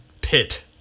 pit